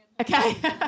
Okay